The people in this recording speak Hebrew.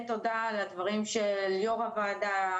תודה על הדברים של יושבת ראש הוועדה,